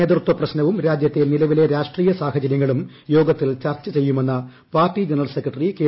നേതൃത്വ പ്രശ്നവും രാജ്യത്തെ നിലവിലെ രാഷ്ട്രീയ സാഹചര്യങ്ങളും യോഗത്തിൽ ചർച്ച ചെയ്യുമെന്ന് പാർട്ടി ജനറൽ സെക്രട്ടറി കെ